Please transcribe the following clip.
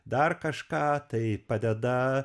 dar kažką tai padeda